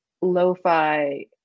lo-fi